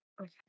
Okay